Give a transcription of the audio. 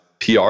PR